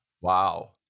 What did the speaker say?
Wow